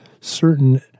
certain